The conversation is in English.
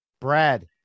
brad